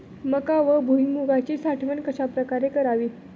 मका व भुईमूगाची साठवण कशाप्रकारे करावी?